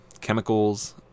chemicals